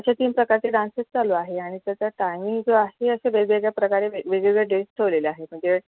असे तीन प्रकारचे डान्सेस चालू आहे आणि त्याचं टायमिंग जो आहे असे वेगवेगळ्याप्रकारे वेवेगळेवे डेटस् ठेवलेल्या आहे म्हणजे